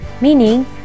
meaning